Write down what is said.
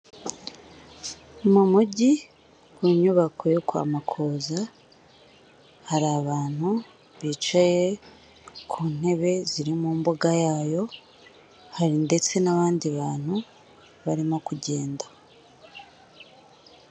Mu mujyi mu nyubako yo kwa Makuza, hari abantu bicaye ku ntebe ziri mu mbuga yayo, hari ndetse n'abandi bantu barimo kugenda.